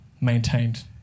maintained